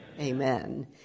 Amen